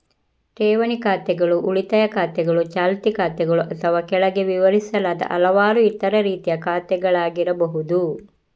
ಠೇವಣಿ ಖಾತೆಗಳು ಉಳಿತಾಯ ಖಾತೆಗಳು, ಚಾಲ್ತಿ ಖಾತೆಗಳು ಅಥವಾ ಕೆಳಗೆ ವಿವರಿಸಲಾದ ಹಲವಾರು ಇತರ ರೀತಿಯ ಖಾತೆಗಳಾಗಿರಬಹುದು